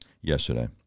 yesterday